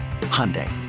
Hyundai